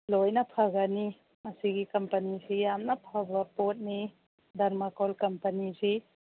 ꯂꯣꯏꯅ ꯐꯒꯅꯤ ꯑꯁꯤꯒꯤ ꯀꯝꯄꯅꯤꯁꯤ ꯌꯥꯝꯅ ꯐꯕ ꯄꯣꯠꯅꯤ ꯗꯔꯃꯥꯀꯣꯜ ꯀꯝꯄꯅꯤꯁꯤ